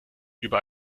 über